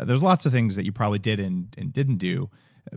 there's lots of things that you probably did and and didn't do